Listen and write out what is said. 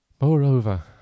Moreover